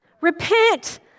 Repent